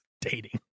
dating